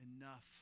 enough